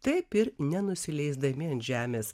taip ir nenusileisdami ant žemės